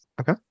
Okay